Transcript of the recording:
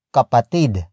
Kapatid